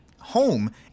home